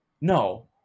no